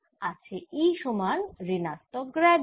আছে E সমান ঋণাত্মক গ্র্যাড V